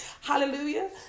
hallelujah